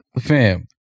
fam